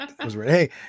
hey